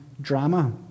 drama